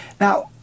Now